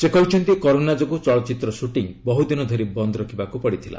ସେ କହିଛନ୍ତି କରୋନା ଯୋଗୁଁ ଚଳଚ୍ଚିତ୍ର ସୁଟିଂ ବହୁଦିନ ଧରି ବନ୍ଦ ରଖିବାକୁ ପଡ଼ିଥିଲା